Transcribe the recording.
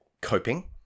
coping